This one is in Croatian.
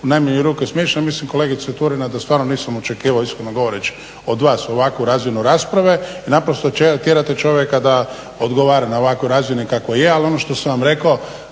najmanju ruku je smiješno. I ja mislim kolegice Turina da stvarno nisam očekivao iskreno govoreći od vas ovakvu razinu rasprave jer naprosto tjerate čovjeka da odgovara na ovakvoj razini kakvoj je. ali ono što sam vam rekao